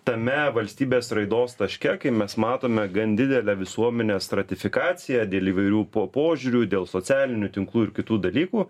tame valstybės raidos taške kai mes matome gan didelę visuomenės stratifikaciją dėl įvairių po požiūrių dėl socialinių tinklų ir kitų dalykų